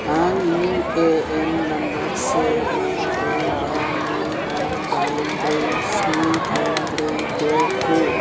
आं U A N number से बा ब्रै बा नै बा दाइन ब्रै स्नि थाम ब्रै द' खौ